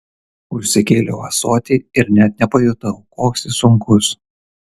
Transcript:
užsikėliau ąsotį ir net nepajutau koks jis sunkus